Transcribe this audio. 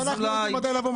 אז אנחנו יודעים מתי לבוא,